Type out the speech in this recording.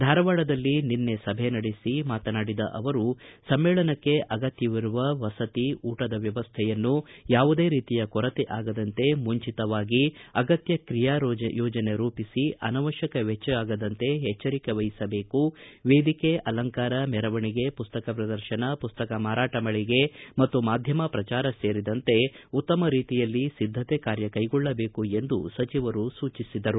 ಧಾರವಾಡದಲ್ಲಿ ನಿನ್ನೆ ಸಭೆ ನಡೆಸಿ ಮಾತನಾಡಿದ ಅವರು ಸಮ್ಮೇಳನಕ್ಕೆ ಅಗತ್ಯವಿರುವ ವಸತಿ ಊಟದ ವ್ಯವಸ್ಥೆಯನ್ನು ಯಾವುದೇ ರೀತಿಯ ಕೊರತೆ ಆಗದಂತೆ ಮಾಡಬೇಕು ಆದರೆ ಮುಂಚಿತವಾಗಿ ಅಗತ್ಯ ವಸತಿ ಹಾಗೂ ಊಟ ಉಪಹಾರದ ಕುರಿತು ಕ್ರಿಯಾಯೋಜನೆ ಮಾಡಿಕೊಂಡು ಅನವಶ್ಯಕ ವೆಚ್ಚ ಆಗದಂತೆ ಎಚ್ಚರಿಕೆ ವಹಿಸಬೇಕು ವೇದಿಕೆ ಅಲಂಕಾರ ಮೆರವಣಿಗೆ ಮಸ್ತಕ ಪ್ರದರ್ಶನ ಪುಸ್ತಕ ಮಾರಾಟ ಮಳಿಗೆ ಮತ್ತು ಮಾಧ್ಯಮ ಪ್ರಚಾರ ಸೇರಿದಂತೆ ಉತ್ತಮ ರೀತಿಯಲ್ಲಿ ಸಿದ್ದತೆ ಕಾರ್ಯ ಕೈಗೊಳ್ಳಬೇಕು ಎಂದು ಸಚಿವರು ಸೂಚನೆ ನೀಡಿದರು